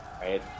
Right